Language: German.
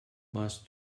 warst